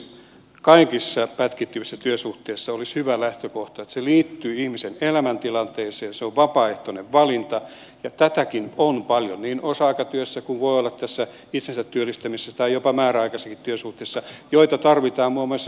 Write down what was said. kaikissa pätkittyvissä työsuhteissa olisi hyvä lähtökohta että ne liittyvät ihmisen elämäntilanteeseen ne ovat vapaaehtoinen valinta ja tätäkin on paljon osa aikaistyössä niin kuin voi olla tässä itsensä työllistämisessä tai jopa määräaikaisissakin työsuhteissa joita tarvitaan muun muassa sijaisuuksien suhteen